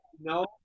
No